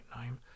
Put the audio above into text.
name